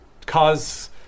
cause